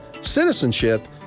citizenship